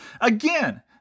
Again